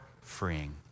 freeing